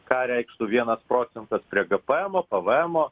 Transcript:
ką reikštų vienas procentas prie gpemo pvemo